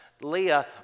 Leah